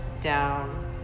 down